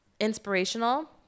inspirational